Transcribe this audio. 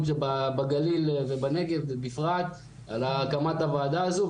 בגליל ובנגב ובפרט על הקמת הוועדה הזו,